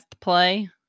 play